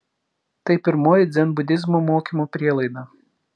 tai pirmoji dzenbudizmo mokymo prielaida